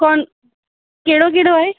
कौन कहिड़ो कहिड़ो आहे